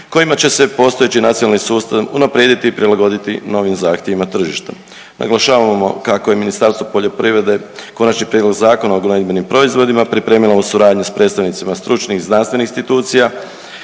kojima će se postojeći nacionalni sustav unaprijediti i prilagoditi novim zahtjevima tržišta. Naglašavamo kako je Ministarstvo poljoprivrede Konačni prijedlog Zakona o gnojidbenim proizvodima pripremila u suradnji s predstavnicima stručnih znanstvenih institucija,